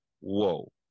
whoa